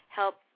help